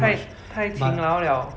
太太勤劳了